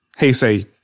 Heisei